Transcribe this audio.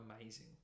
Amazing